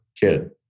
kid